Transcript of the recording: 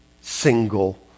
single